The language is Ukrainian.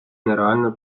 нереально